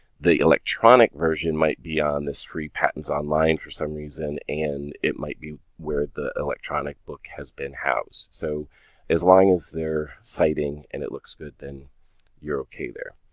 the electronic version might be on this free patents online for some reason and it might be where the electronic book has been housed. so as long as they're citing and it looks good, then you're okay there.